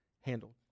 handled